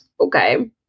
okay